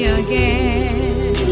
again